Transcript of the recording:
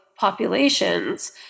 populations